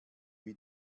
wie